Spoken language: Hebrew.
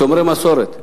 שומרי מסורת.